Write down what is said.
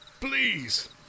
please